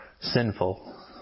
sinful